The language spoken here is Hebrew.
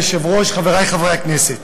אדוני היושב-ראש, חברי חברי הכנסת,